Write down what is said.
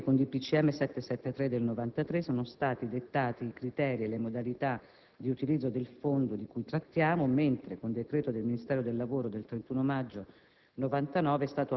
dei ministri n. 773 del 1993, sono stati dettati i criteri e le modalità di utilizzo del fondo di cui trattasi, mentre con decreto del Ministro del lavoro del 31 maggio